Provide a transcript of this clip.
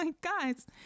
guys